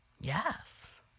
Yes